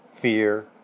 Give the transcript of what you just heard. fear